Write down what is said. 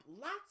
lots